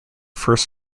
first